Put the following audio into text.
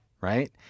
right